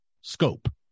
scope